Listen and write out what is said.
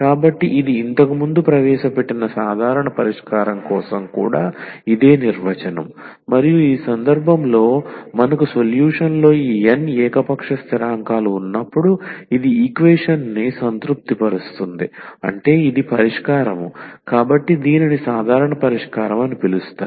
కాబట్టి ఇది ఇంతకుముందు ప్రవేశపెట్టిన సాధారణ పరిష్కారం కోసం కూడా ఇదే నిర్వచనం మరియు ఈ సందర్భంలో మనకు సొల్యూషన్ లో ఈ n ఏకపక్ష స్థిరాంకాలు ఉన్నప్పుడు ఇది ఈక్వేషన్ని సంతృప్తిపరుస్తుంది అంటే ఇది పరిష్కారం కాబట్టి దీనిని సాధారణ పరిష్కారం అని పిలుస్తారు